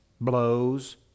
blows